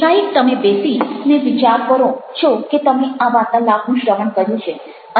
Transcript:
એકાએક તમે બેસીને વિચાર કરો છો કે તમે આ વાર્તાલાપનું શ્રવણ કર્યું છે